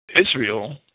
Israel